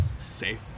safe